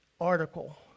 article